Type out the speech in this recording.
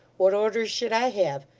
what orders should i have?